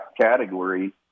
category